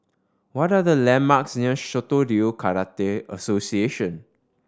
what are the landmarks near Shitoryu Karate Association